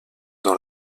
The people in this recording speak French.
dans